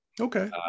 Okay